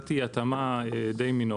ומצאתי התאמה די מינורית.